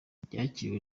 yakiriwe